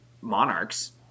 monarchs